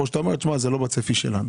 או שאתה אומר: זה לא בצפי שלנו?